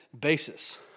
basis